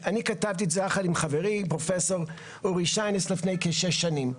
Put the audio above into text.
אני כתבתי את זה יחד עם חברי פרופ' אורי שיינס לפני כשש שנים.